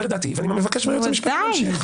את דעתי ואני מבקש מהיועץ המשפטי להמשיך.